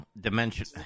dimension